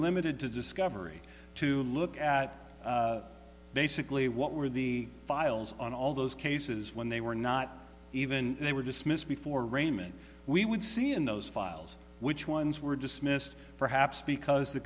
limited to discovery to look at basically what were the files on all those cases when they were not even they were dismissed before arraignment we would see in those files which ones were dismissed perhaps because the